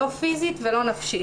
לא פיזית ולא נפשית.